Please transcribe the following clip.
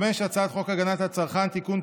5. הצעת חוק הגנת הצרכן (תיקון,